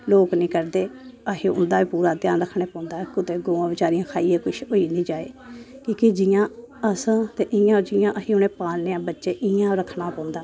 लोक नी कढ़दे असें ओह्दा बी पूरा ध्यान रक्खना पौंदा ऐ कुतै गवां बचारियां खाइयै कुछ होईनी जाए की के जियां अस आं ते इयां जियां अस उनें पालने आं बच्चे इयां रक्खना पौंदा